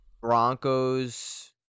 Broncos